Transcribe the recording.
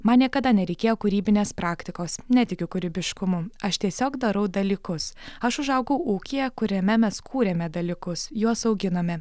man niekada nereikėjo kūrybinės praktikos netikiu kūrybiškumu aš tiesiog darau dalykus aš užaugau ūkyje kuriame mes kūrėme dalykus juos auginome